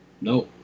No